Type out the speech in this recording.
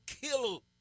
kill